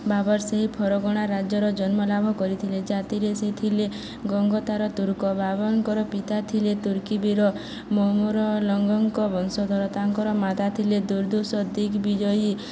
ବାବର ସେହି ଫରଗଣା ରାଜ୍ୟର ଜନ୍ମଲାଭ କରିଥିଲେ ଜାତିରେ ସେ ଥିଲେ ଗଙ୍ଗତାର ତୁର୍କ ବାବାଙ୍କର ପିତା ଥିଲେ ତୁର୍କୀିବୀର ମମୋର ଲଙ୍ଗଙ୍କ ବଂଶଧର ତାଙ୍କର ମାତା ଥିଲେ ଦୁର୍ଦୁଷ ଦିଗ୍ବିଜୟୀ